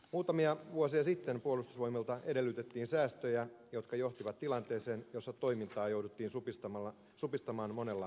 muutamia vuosia sitten puolustusvoimilta edellytettiin säästöjä jotka johtivat tilanteeseen jossa toimintaa jouduttiin supistamaan monella eri tasolla